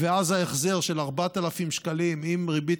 ואז ההחזר של 4,000 שקלים עם ריבית